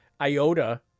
Iota